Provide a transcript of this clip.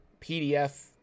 pdf